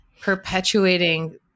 perpetuating